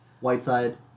Whiteside